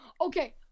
Okay